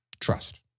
Trust